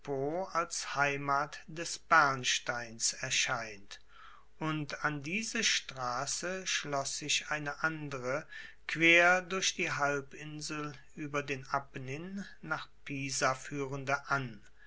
als heimat des bernsteins erscheint und an diese strasse schloss sich eine andere quer durch die halbinsel ueber den apennin nach pisa fuehrende an